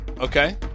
Okay